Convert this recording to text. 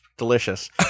delicious